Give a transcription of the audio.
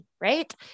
right